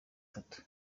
itatu